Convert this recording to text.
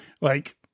Like-